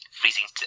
freezing